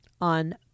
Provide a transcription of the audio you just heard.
on